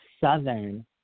Southern